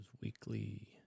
weekly